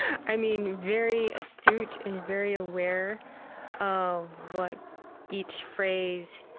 i mean, very astute and very aware of what each phrase